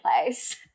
place